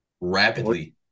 rapidly